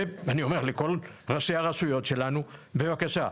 ואני אומר לכל ראשי הרשויות שלנו בבקשה.